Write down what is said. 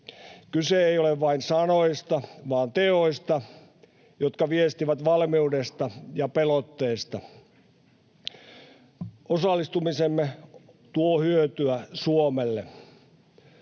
Kyse ei ole vain sanoista vaan teoista, jotka viestivät valmiudesta ja pelotteesta. Osallistumisemme tuo hyötyä Suomelle.